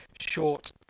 short